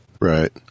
Right